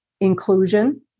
inclusion